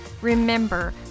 Remember